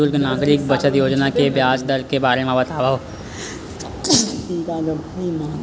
किरपा करके मोला बुजुर्ग नागरिक बचत योजना के ब्याज दर के बारे मा बतावव